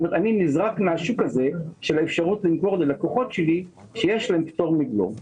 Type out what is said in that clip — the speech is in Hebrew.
אני נזרק מהשוק הזה של אפשרות למכור ללקוחות שלי שיש להם פטור מבלו.